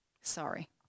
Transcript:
Sorry